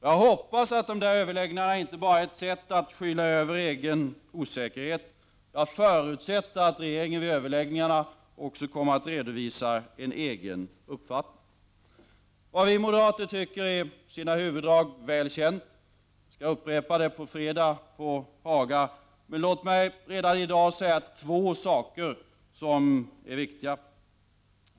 Jag hoppas att dessa överläggningar inte bara är ett sätt att skyla över egen osäkerhet. Jag förutsätter att regeringen vid överläggningarna också kommer att redovisa en egen uppfattning. Den moderata inställningen är i sina huvuddrag väl känd. Jag kommer ånyo att redovisa den på fredag på Haga. Låt mig dock redan i dag säga två saker som är viktiga.